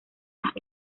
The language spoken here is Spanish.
las